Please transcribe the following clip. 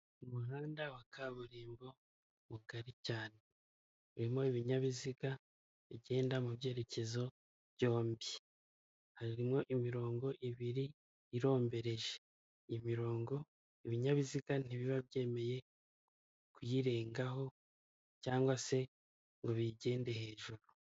Umuhanda wa kaburimbo mugari cyane, urimo ibinyabiziga bigenda mu byerekezo byombi, harimo imirongo ibiri irombereje; imirongo ibinyabiziga ntibiba byemerewe kuyirengaho cg se ngo biyigende hejuru.